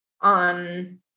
on